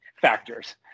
factors